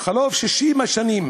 חלוף 60 השנים,